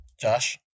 Josh